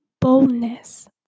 boldness